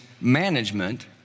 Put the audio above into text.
management